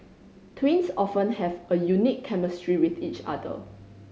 twins often have a unique chemistry with each other